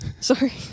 Sorry